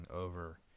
over